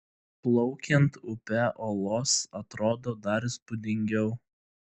plaukiant upe olos atrodo dar įspūdingiau